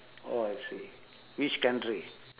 oh I see which country